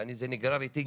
ואני זה נגרר איתי,